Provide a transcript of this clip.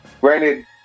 Granted